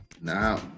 now